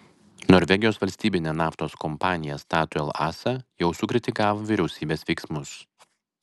norvegijos valstybinė naftos kompanija statoil asa jau sukritikavo vyriausybės veiksmus